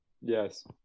Yes